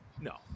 no